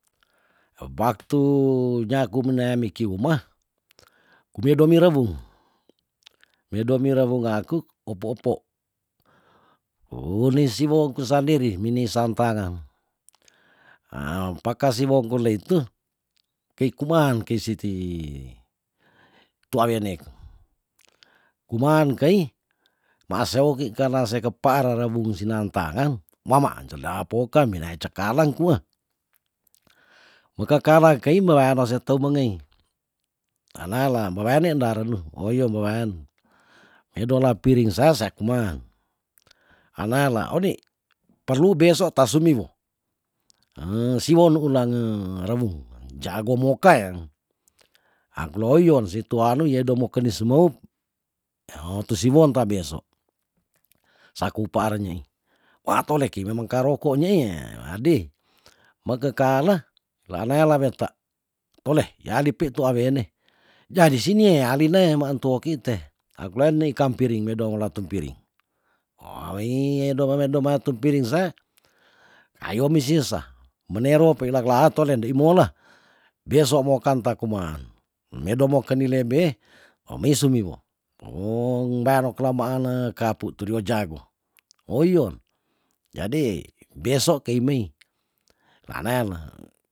Baktu nyaku mene miki umah kumi domi rebung mei domi rebung aku opo opo unisiwoku sandiri minisan tangan pakasawongkule itu kei kuman kei siti tuawenek kuman kei maase woki kanna seikepare rebung sinan tangan mama ancoldapoka menae cakalang kuah mekakara kei melaa no seteu mengei tanala babae ndei ndarenu oh iyo mo waian eh dola piring sa sa kuman anala oni perlu beso tasumiwo siwon nuulange rebung jago moka yang angkolooion setuano yai domonokeni semoup tu siwon ta beso saku paeerenyi waatole kei memang karo konyeye wadi bakekale lanela wetatoleh jadi pi tu awawene jadi sinie alinee maentu okite agleni kampiring medong latung piring edomametdomaa tu piring sa kayomi sisa menero peila kela ato ne ndei mola beso mokanta kuman medo mokedi lebe ohmei sumiwo kong dano klamaane kapu tu dua jago ohiyon jadi beso keimei nanena